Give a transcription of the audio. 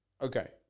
Okay